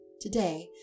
Today